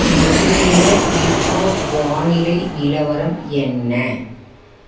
மதுரையில இப்போ வானிலை நிலவரம் என்ன